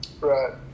right